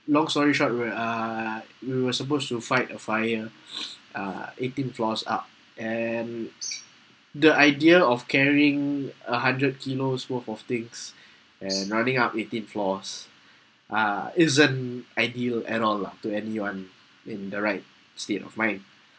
long story short we are we were supposed to fight a fire uh eighteen floors up and the idea of carrying a hundred kilos worth of things and running up eighteen floors uh isn't ideal at all lah to anyone in the right state of mind